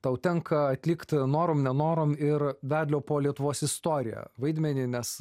tau tenka atlikt norom nenorom ir vedlio po lietuvos istoriją vaidmenį nes